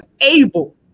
able